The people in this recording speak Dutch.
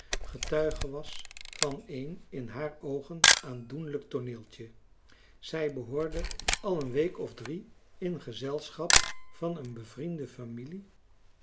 getuige was van een in haar oogen aandoenlijk tooneeltje zij behoorde al een week of drie in gezelschap van een bevriende familie